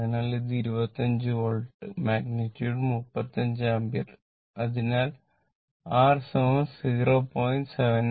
അതിനാൽ ഇത് 25 volt magnitude 35 ampere അതിനാൽ R 0